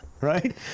Right